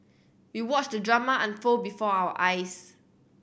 we watched the drama unfold before our eyes